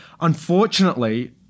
Unfortunately